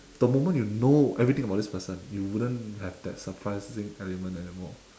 the moment you know everything everything about this person you wouldn't have that surprising element anymore